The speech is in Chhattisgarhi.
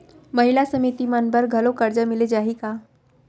महिला समिति मन बर घलो करजा मिले जाही का?